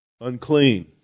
unclean